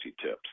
tips